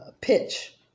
pitch